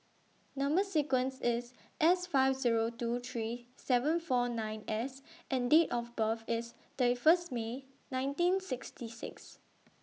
Number sequence IS S five Zero two three seven four nine S and Date of birth IS thirty First May nineteen sixty six